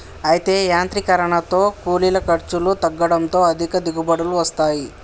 అయితే యాంత్రీకరనతో కూలీల ఖర్చులు తగ్గడంతో అధిక దిగుబడులు వస్తాయి